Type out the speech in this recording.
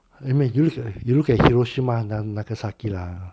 they may use a you look at hiroshima na~ nagasaki lah !huh!